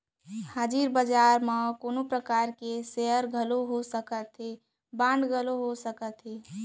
हाजिर बजार म कोनो परकार के सेयर घलोक हो सकत हे, बांड घलोक हो सकत हे